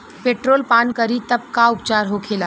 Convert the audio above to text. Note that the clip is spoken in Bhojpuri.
पेट्रोल पान करी तब का उपचार होखेला?